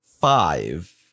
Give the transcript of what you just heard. five